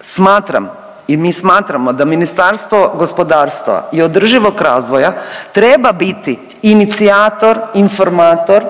smatram i mi smatramo da Ministarstvo gospodarstva i održivog razvoja treba biti inicijatora, informator